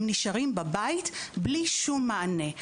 הם נשארים בבית ללא מענה.